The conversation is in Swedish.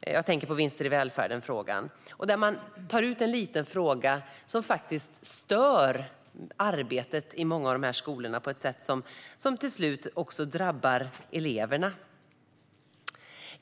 Jag tänker på frågan om vinster i välfärden. Man tar ut en liten fråga, som faktiskt stör arbetet i många av dessa skolor på ett sätt som till slut även drabbar eleverna.